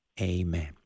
Amen